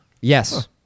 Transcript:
Yes